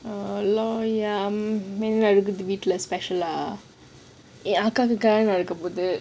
வீட்ல:weetla special lah என் அக்காக்கு கல்யாணம் நடக்க போவுது:en akkaku kalyaanam nadakka poawuthu